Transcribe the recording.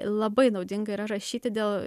labai naudinga yra rašyti dėl